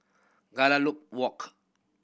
Walk